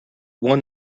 one